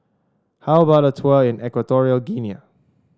how about a tour in Equatorial Guinea